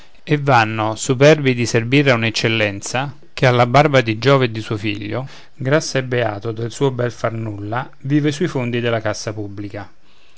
e vanno superbi di servir a un'eccellenza che alla barba di giove e di suo figlio grasso e beato del suo bel far nulla vive sui fondi della cassa pubblica